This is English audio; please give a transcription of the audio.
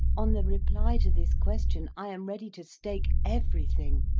on the reply to this question i am ready to stake every thing.